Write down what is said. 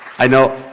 i know.